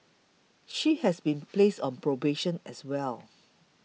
she has been placed on probation as well